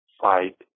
fight